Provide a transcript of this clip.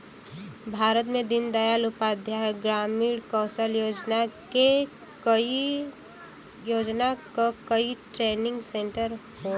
भारत में दीन दयाल उपाध्याय ग्रामीण कौशल योजना क कई ट्रेनिंग सेन्टर हौ